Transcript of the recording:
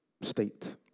state